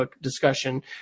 discussion